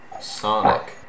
Sonic